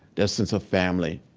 that sense of family,